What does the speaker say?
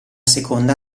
seconda